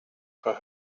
for